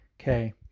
Okay